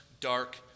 dark